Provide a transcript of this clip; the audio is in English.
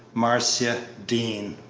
marcia dean.